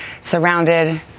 surrounded